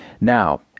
Now